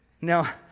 Now